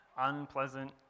unpleasant